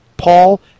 Paul